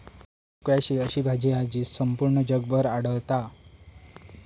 squash ही अशी भाजी हा जी संपूर्ण जगभर आढळता